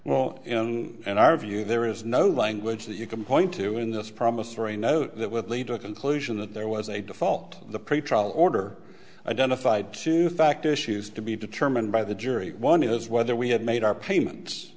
well and our view there is no language that you can point to in this promissory note that would lead to a conclusion that there was a default the pretrial order identified two fact issues to be determined by the jury one is whether we had made our payments